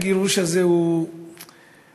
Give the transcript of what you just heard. הגירוש הזה הוא גירוש,